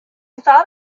thought